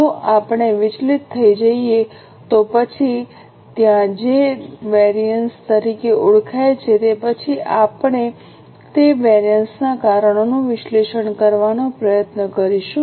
જો આપણે વિચલિત થઈ જઈએ તો પછી ત્યાં જે વેરિએન્સ તરીકે ઓળખાય છે તે પછી આપણે તે વેરિએન્સનાં કારણોનું વિશ્લેષણ કરવાનો પ્રયત્ન કરીશું